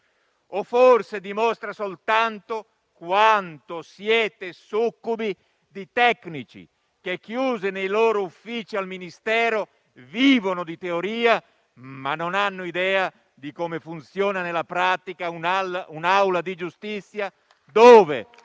dimostra soltanto quanto siete succubi di tecnici che, chiusi nei loro uffici al Ministero, vivono di teoria, ma non hanno idea di come funzioni nella pratica un un'aula di giustizia, dove,